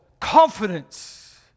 confidence